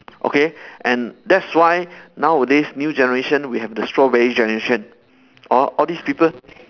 okay and that's why nowadays new generation we have the strawberry generation orh all these people